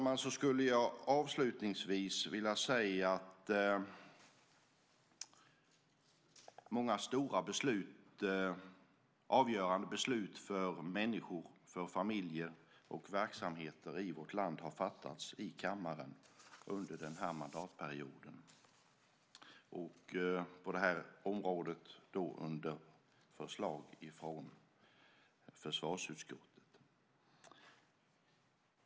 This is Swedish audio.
Många stora och avgörande beslut för människor, familjer och verksamheter i vårt land har fattats i kammaren under den här mandatperioden. På det här området har det varit på förslag av försvarsutskottet.